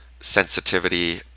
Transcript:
sensitivity